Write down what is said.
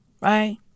Right